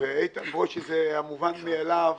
ברושי זה המובן מאליו